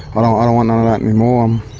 i don't want none of that anymore. um